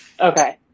Okay